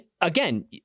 again